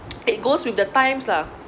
it goes with the times lah